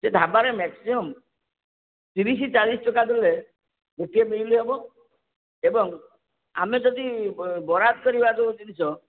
ସେ ଢ଼ାବାରେ ମ୍ୟାକ୍ସିମମ୍ ତିରିଶ ଚାଳିଶ ଟଙ୍କା ଦେଲେ ଗୋଟିଏ ମିଲ୍ ହେବ ଏବଂ ଆମେ ଯଦି ବରାଦ କରିବା ଯେଉଁ ଜିନିଷ